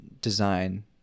design